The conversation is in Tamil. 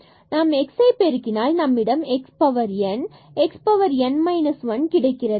எனவே நாம் xஐ பெருக்கினால் நம்மிடம் x power n and x power n minus 1 கிடைக்கிறது